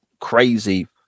crazy